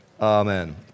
Amen